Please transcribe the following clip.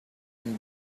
and